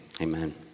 Amen